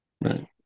Right